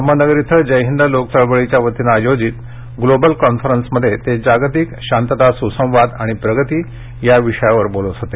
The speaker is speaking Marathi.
अहमदनगर इथं जय हिंद लोक चळवळीच्या वतीने आयोजित ग्लोबल कॉन्फरन्समध्ये ते जागतिक शांतता स्संवाद व प्रगती या विषयावर बोलत होते